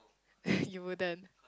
you wouldn't